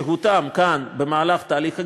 את שהותם כאן במהלך תהליך הגיור,